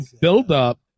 build-up